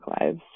lives